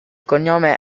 cognome